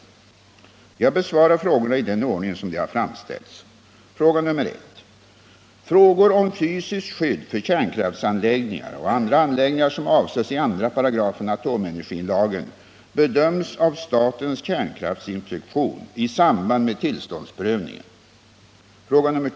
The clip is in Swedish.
Jag besvarar frågorna i den ordning som de har framställts. 2.